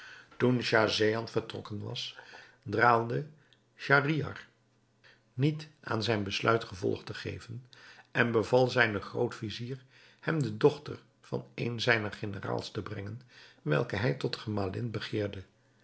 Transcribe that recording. toen schahzenan vertrokken was draalde schahriar niet aan zijn besluit gevolg te geven en beval zijnen groot-vizier hem de dochter van een zijner generaals te brengen welke hij tot gemalin begeerde